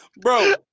Bro